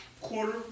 quarter